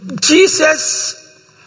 Jesus